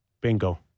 Bingo